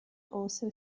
also